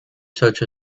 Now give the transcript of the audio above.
such